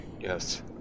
Yes